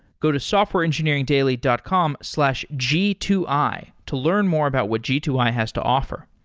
go to softwareengineeringdaily dot com slash g two i to learn more about what g two i has to offer.